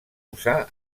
usar